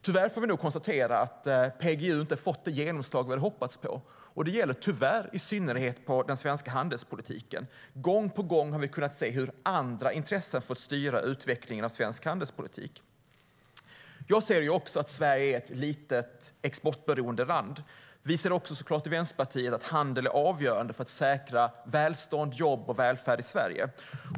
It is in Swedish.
Tyvärr får vi nog konstatera att PGU inte har fått det genomslag som vi hade hoppats på, och det gäller, tyvärr, i synnerhet på den svenska handelspolitiken. Gång på gång har vi kunnat se hur andra intressen har fått styra utvecklingen av svensk handelspolitik. Också Vänsterpartiet ser att Sverige är ett litet exportberoende land. Vi ser även att handel är avgörande för att säkra välstånd, jobb och välfärd i Sverige.